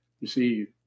receive